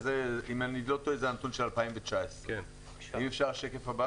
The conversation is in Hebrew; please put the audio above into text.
אם אני לא טועה, זה הנתון של 2019. בשקף הבא